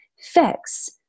fix